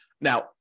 Now